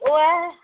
ओह् है